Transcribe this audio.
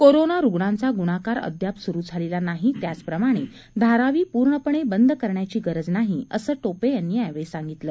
corona रुग्णांचा गुणाकार अद्याप सुरु झालेला नाही त्याचप्रमाणे धारावी पूर्णपणे बंद करण्याची गरज नाही असं टोपे यांनी यावेळी सांगितलं